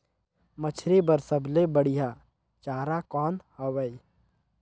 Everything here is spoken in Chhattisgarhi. मछरी बर सबले बढ़िया चारा कौन हवय?